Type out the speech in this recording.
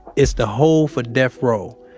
it's the hole for death row.